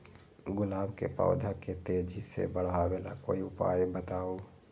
गुलाब के पौधा के तेजी से बढ़ावे ला कोई उपाये बताउ?